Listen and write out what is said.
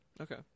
okay